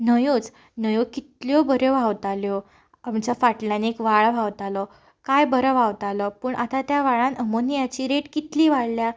न्हंयोच न्हंयो कितल्यो बऱ्यो व्हांवताल्यो फाटल्यान एक व्हाळ व्हांवतालो काय बरो व्हांवतालो पूण आतां त्या व्हाळांत अमोनियाची रेट कितली वाडल्या